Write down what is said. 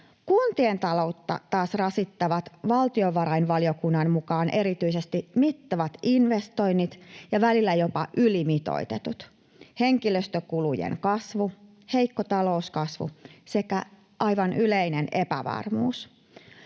Kuntien taloutta taas rasittavat valtiovarainvaliokunnan mukaan erityisesti mittavat ja välillä jopa ylimitoitetut investoinnit, henkilöstökulujen kasvu, heikko talouskasvu sekä yleinen epävarmuus.